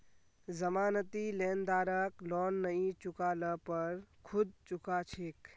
जमानती लेनदारक लोन नई चुका ल पर खुद चुका छेक